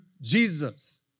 Jesus